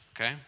okay